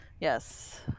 yes